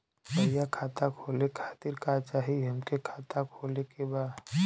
भईया खाता खोले खातिर का चाही हमके खाता खोले के बा?